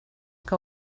que